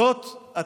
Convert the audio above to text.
זאת התקווה,